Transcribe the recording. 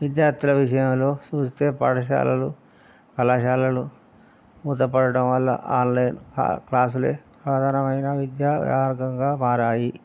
విద్యార్థుల విషయంలో చూస్తే పాఠశాలలు కళాశాలలు మూత పడటం వల్ల ఆన్లైన్ క్లాసులే ప్రధానమైన విద్యా వ్యాపార రంగంగా మారాయి